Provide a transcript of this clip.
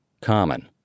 Common